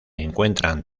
encuentran